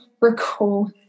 recall